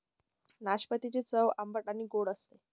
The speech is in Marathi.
नाशपातीची चव आंबट आणि गोड असते